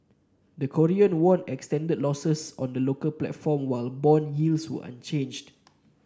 the Korean won extended losses on the local platform while bond yields were unchanged